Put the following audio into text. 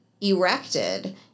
erected